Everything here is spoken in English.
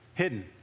hidden